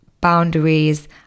boundaries